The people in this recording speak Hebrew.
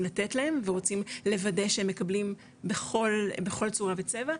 לתת להם ורוצים לוודא שהם מקבלים בכל צורה וצבע,